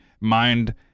mind